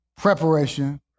preparation